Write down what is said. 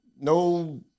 No